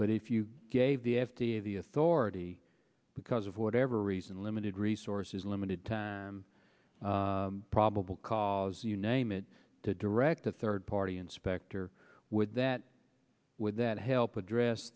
but if you gave the f d a the authority because of whatever reason the limited resources limited to probable cause you name it to direct a third party inspector with that would that help address